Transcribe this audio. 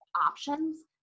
options